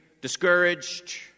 discouraged